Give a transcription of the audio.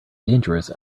dangerous